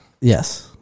Yes